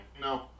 No